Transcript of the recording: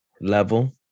level